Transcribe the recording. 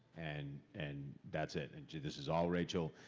and and that's it. and this is all rachel.